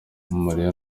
mariya